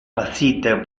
facite